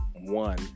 one